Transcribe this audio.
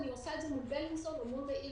אני עושה את זה מול בלינסון או מול מאיר.